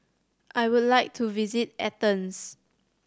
I would like to visit Athens